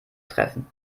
treffen